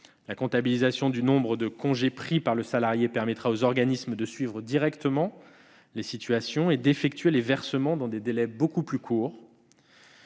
La comptabilisation du nombre de jours de congé pris par le salarié permettra aux organismes de suivre directement les situations et d'effectuer les versements dans des délais beaucoup plus courts.